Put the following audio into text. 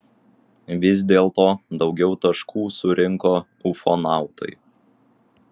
vis dėlto daugiau taškų surinko ufonautai